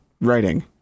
writing